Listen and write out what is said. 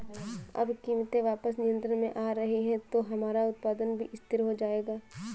अब कीमतें वापस नियंत्रण में आ रही हैं तो हमारा उत्पादन भी स्थिर हो जाएगा